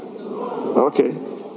okay